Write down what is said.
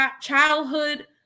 childhood